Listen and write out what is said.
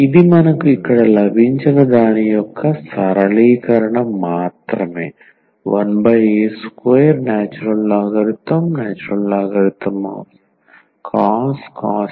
ఇది మనకు ఇక్కడ లభించిన దాని యొక్క సరళీకరణ మాత్రమే 1a2ln |cos ax | cos ax